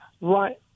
Right